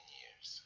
years